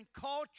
culture